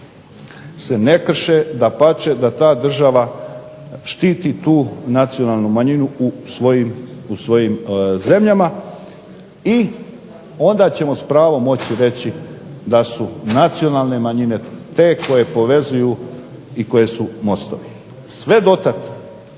se ne krše, dapače da ta država štiti tu nacionalnu manjinu u svojim zemljama i onda ćemo s pravom moći reći da su nacionalne manjine te koje povezuju i koje su mostovi. Sve do tada